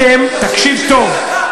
אתם, תקשיב טוב,